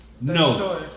No